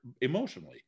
emotionally